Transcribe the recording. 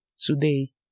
today